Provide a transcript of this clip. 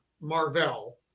Marvel